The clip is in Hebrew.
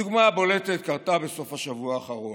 הדוגמה הבולטת קרתה בסוף השבוע האחרון.